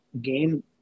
game